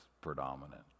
predominant